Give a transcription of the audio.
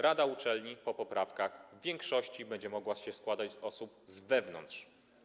Rada uczelni po poprawkach w większości będzie mogła się składać z osób z wewnątrz.